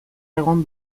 egon